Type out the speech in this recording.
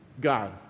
God